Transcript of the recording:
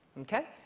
Okay